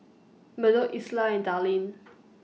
Murdock Isla and Darlyne